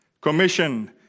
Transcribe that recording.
commission